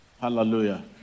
Hallelujah